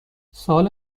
سال